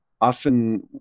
often